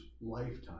lifetime